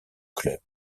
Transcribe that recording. club